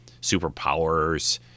superpowers